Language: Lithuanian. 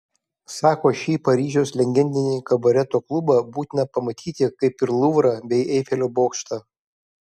sako šį paryžiaus legendinį kabareto klubą būtina pamatyti kaip ir luvrą bei eifelio bokštą